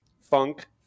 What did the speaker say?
Funk